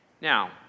Now